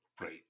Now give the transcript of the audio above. Right